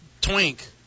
Twink